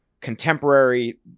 contemporary